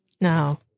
No